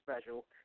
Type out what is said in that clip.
special